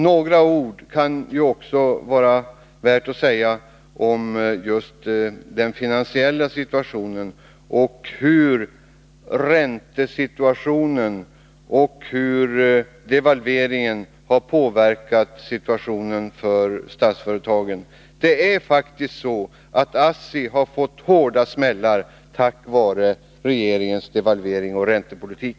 Några ord kan det också vara värt att säga om just den finansiella situationen, om hur räntepolitiken och devalveringen har påverkat situationen för statsföretagen. Det är faktiskt så att ASSI har fått hårda smällar på grund av regeringens devalvering och räntepolitik.